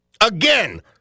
Again